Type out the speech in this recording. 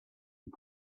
you